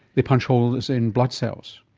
they punch holes in blood cells.